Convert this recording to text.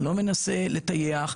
לא מנסה לטייח.